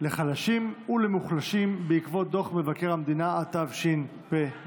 לחלשים ולמוחלשים בעקבות דוח מבקר המדינה התשפ"ב,